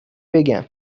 بگم